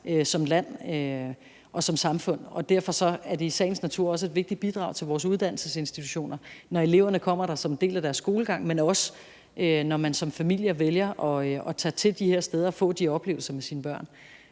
som land og som samfund. Derfor er det i sagens natur også et vigtigt bidrag til vores uddannelsesinstitutioner, når eleverne kommer der som en del af deres skolegang, men også når man som familie vælger at tage hen til de her steder og få de oplevelser med sine børn.